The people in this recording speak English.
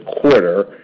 quarter